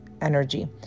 energy